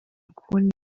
kubona